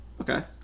Okay